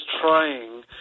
trying